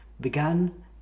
began